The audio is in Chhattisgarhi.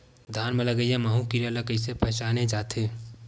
धान म लगईया माहु कीरा ल कइसे पहचाने जाथे?